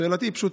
שאלתי היא פשוטה: